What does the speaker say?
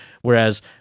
Whereas